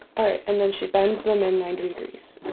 and then she bends them in ninety degrees